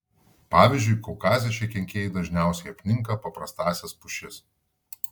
pavyzdžiui kaukaze šie kenkėjai dažniausiai apninka paprastąsias pušis